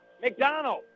McDonald